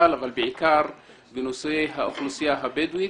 אבל בעיקר בנושא האוכלוסייה הבדואית.